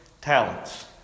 talents